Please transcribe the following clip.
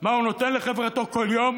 מה הוא נותן לחברתו כל יום,